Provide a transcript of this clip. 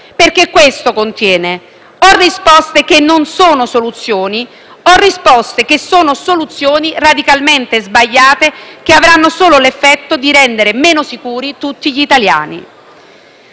perché questo contiene: o risposte che non sono soluzioni o risposte che sono soluzioni radicalmente sbagliate, che avranno solo l'effetto di rendere meno sicuri tutti gli italiani.